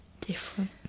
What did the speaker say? different